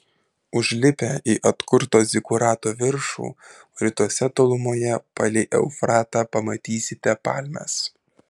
užlipę į atkurto zikurato viršų rytuose tolumoje palei eufratą pamatysite palmes